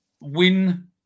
Win